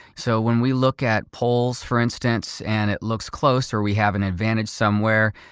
so when we look at polls for instance, and it looks close or we have an advantage somewhere,